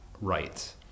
right